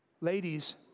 ladies